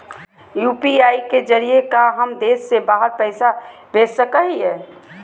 UPI के जरिए का हम देश से बाहर पैसा भेज सको हियय?